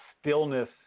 stillness